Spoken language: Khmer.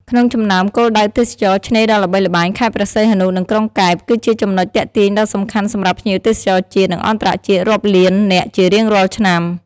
ក្នុងចំណោមគោលដៅទេសចរណ៍ឆ្នេរដ៏ល្បីល្បាញ ខេត្តព្រះសីហនុ និងក្រុងកែប គឺជាចំណុចទាក់ទាញដ៏សំខាន់សម្រាប់ភ្ញៀវទេសចរជាតិ និងអន្តរជាតិរាប់លាន នាក់ជារៀងរាល់ឆ្នាំ។